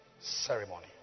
ceremony